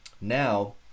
Now